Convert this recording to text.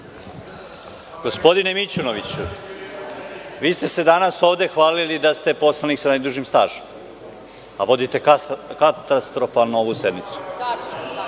Gospodine Mićunoviću, vi ste se danas ovde hvalili da ste poslanik sa najdužim stažom. Pa, vodite katastrofalno ovu sednicu.